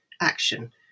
action